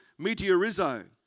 meteorizo